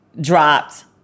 dropped